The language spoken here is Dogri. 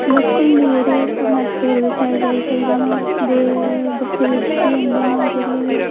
लोकल न जेह्ड़े ओह् मेटाडोरा पर आई जाई सकदे न ते बस्सै बिच औंदे न जेह्ड़ी